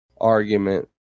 argument